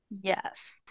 Yes